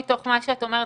מתוך מה שאת אומרת,